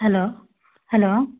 hello hello